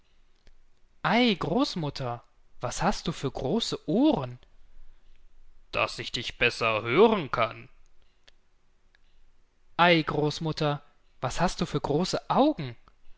ei großmutter was hast du für große ohren daß ich dich besser hören kann ei großmutter was hast du für große augen